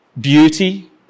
beauty